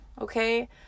okay